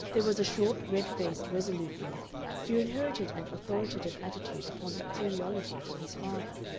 there was a short, red-faced, resolute youth who inherited an authoritative attitude upon bacteriology from his father